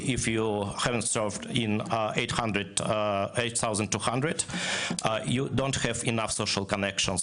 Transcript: אם לא שירַתָּ ביחידת 8200 - אין לך מספיק קשרים.